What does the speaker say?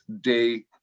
Day